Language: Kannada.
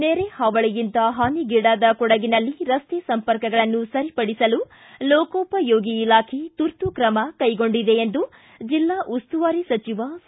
ನೆರೆಹಾವಳಿಯಿಂದ ಹಾನಿಗೀಡಾದ ಕೊಡಗಿನಲ್ಲಿ ರಸ್ತೆ ಸಂಪರ್ಕಗಳನ್ನು ಸರಿಪಡಿಸಲು ಲೋಕೋಪಯೋಗಿ ಇಲಾಖೆ ತುರ್ತು ಕ್ರಮ ಕೈಗೊಂಡಿದೆ ಎಂದು ಜಿಲ್ಲಾ ಉಸ್ತುವಾರಿ ಸಚಿವ ಸಾ